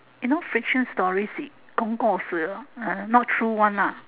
you know fiction stories si kong kor si ah not true one ah